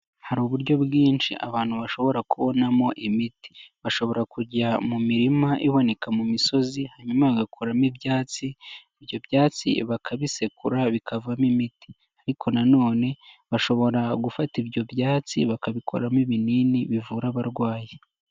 Hari uburyo bwinshi abantu bashobora kubonamo imiti, bashobora kujya mu mirima iboneka mu misozi hanyuma bagakuramo ibyatsi, ibyo byatsi bakabisekura bikavamo imiti, ariko na none bashobora gufata ibyo byatsi bakabikoramo ibinini bivura abarwayi.